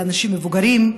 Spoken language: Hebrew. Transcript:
לאנשים מבוגרים,